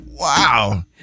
Wow